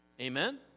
Amen